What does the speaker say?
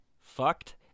fucked